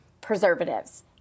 preservatives